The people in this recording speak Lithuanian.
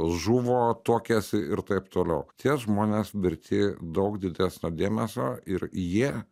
žuvo tuokėsi ir taip toliau tie žmonės verti daug didesnio dėmesio ir jie